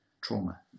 trauma